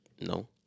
No